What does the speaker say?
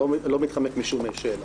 אני לא מתחמק משום שאלה.